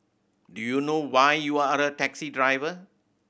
do you know why you're the taxi driver